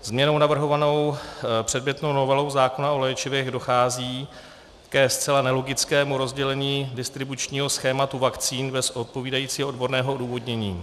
Změnou navrhovanou předmětnou novelou zákona o léčivech dochází ke zcela nelogickému rozdělení distribučního schématu vakcín bez odpovídajícího odborného odůvodnění.